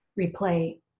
replay